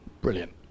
brilliant